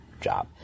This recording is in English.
job